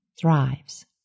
thrives